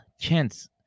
chance